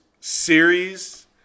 series